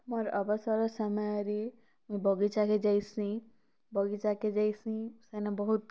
ମୋର ଅବସର ସମୟରେ ମୁଇଁ ବଗିଚା କେ ଯାଏସିଁ ବଗିଚା କେ ଯାଏସିଁ ସେନ ବହୁତ୍